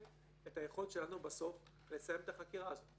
את היכולת שלנו לסיים את החקירה הזאת.